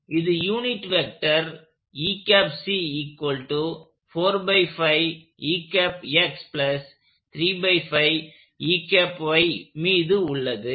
இது unit vector மீது உள்ளது